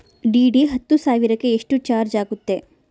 DD ಹತ್ತು ಸಾವಿರಕ್ಕೆ ಎಷ್ಟು ಚಾಜ್೯ ಆಗತ್ತೆ?